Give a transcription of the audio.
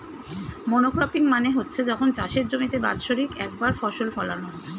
monocropping মানে হচ্ছে যখন চাষের জমিতে বাৎসরিক একবার ফসল ফোলানো হয়